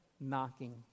knocking